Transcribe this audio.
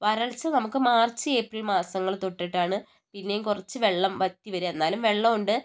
വരൾച്ച നമുക്ക് March April മാസങ്ങൾ തൊട്ടിട്ടാണ് പിന്നെയും കുറച്ച് വെള്ളം വറ്റി വരിക എന്നാലും വെള്ളമുണ്ട്